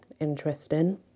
Interesting